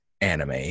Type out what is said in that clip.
anime